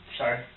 Sorry